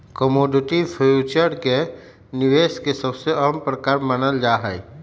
commodity future के निवेश के सबसे अहम प्रकार मानल जाहई